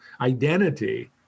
identity